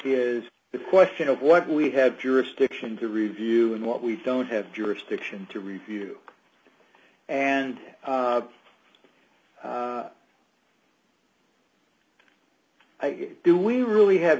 is the question of what we have jurisdiction to review and what we don't have jurisdiction to review and i do we really have